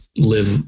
live